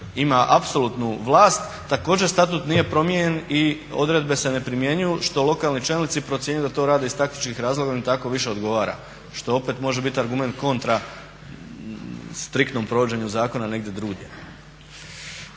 ima apsolutnu vlast također statut nije promijenjen i odredbe se ne primjenjuju što lokalni čelnici procjenjuju da to rade iz taktičkih razloga jer im tako više odgovara što opet može biti argument kontra striktnom provođenju zakona negdje drugdje.